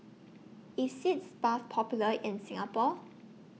IS Sitz Bath Popular in Singapore